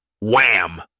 Wham